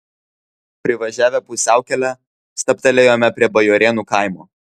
privažiavę pusiaukelę stabtelėjome prie bajorėnų kaimo